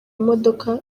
imodoka